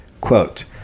Quote